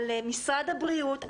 על משרד הבריאות,